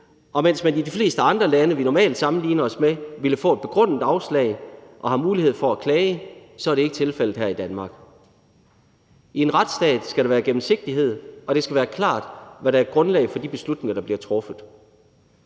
og mens man i de fleste andre lande, vi normalt sammenligner os med, ville få et begrundet afslag og have mulighed for at klage, er det ikke tilfældet her i Danmark. I en retsstat skal der være gennemsigtighed, og det skal være klart, hvad der er grundlaget for de beslutninger, der bliver truffet.